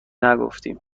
نگفتیم